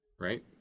Right